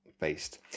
based